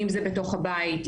אם זה בתוך הבית,